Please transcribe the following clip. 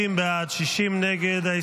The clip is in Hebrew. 50 בעד, 60 נגד.